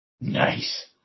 Nice